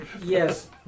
Yes